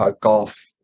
golf